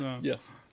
Yes